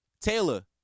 Taylor